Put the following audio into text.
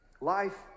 Life